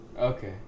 Okay